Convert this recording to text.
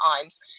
times